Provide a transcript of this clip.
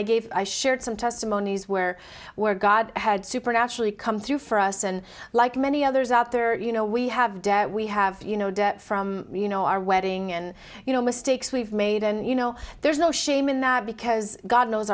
i gave i shared some testimonies where where god had supernaturally come through for us and like many others out there you know we have debt we have you know debt from you know our wedding and you know mistakes we've made and you know there's no shame in that because god knows